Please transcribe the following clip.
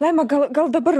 laima gal gal dabar